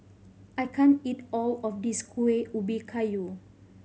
I can't eat all of this Kuih Ubi Kayu